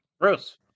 gross